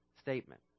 statement